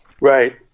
Right